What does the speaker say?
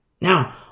Now